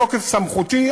מתוקף סמכותי,